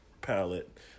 palette